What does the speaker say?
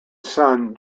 son